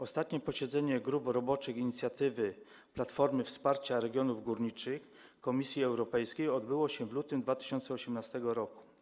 Ostatnie posiedzenie grup roboczych w ramach inicjatywy Platformy Wsparcia Regionów Górniczych Komisji Europejskiej odbyło się w lutym 2018 r.